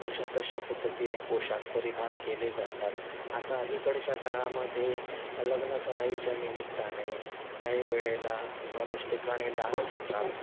तशा तशा पद्धतीने पोशाख परिधान केले जातात आता अलीकडच्या काळामध्ये लग्नसराईच्या निमित्ताने काही वेळेला बऱ्याच ठिकाणी डान्स होतात